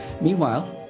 Meanwhile